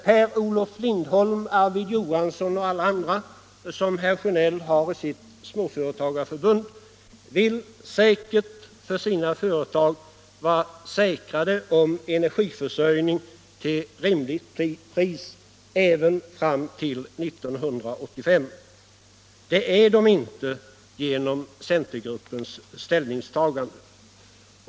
Per-Olof Lindholm, Arvid Johansson och alla andra som herr Sjönell har i sitt småföretagarförbund vill säkert för sina företag vara säkrade en energiförsörjning för rimligt pris även fram till 1985. Det är de inte genom centergruppens ställningstagande.